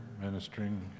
ministering